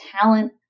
talent